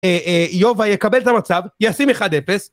אה אה יובה יקבל את המצב, ישים 1-0